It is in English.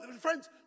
friends